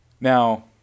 Now